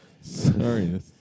Sorry